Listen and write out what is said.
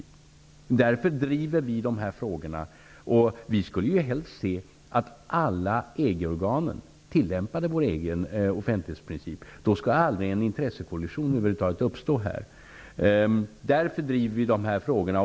Vi skulle helst se att alla EG-organ tillämpade vår offentlighetsprincip. Då skulle en intressekollision över huvud taget aldrig uppstå. Därför driver vi de här frågorna.